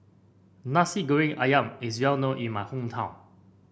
Nasi Goreng ayam is well known in my hometown